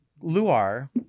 Luar